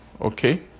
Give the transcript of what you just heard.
okay